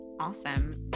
Awesome